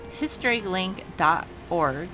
Historylink.org